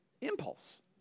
impulse